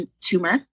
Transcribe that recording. tumor